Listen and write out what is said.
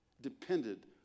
Depended